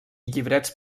llibrets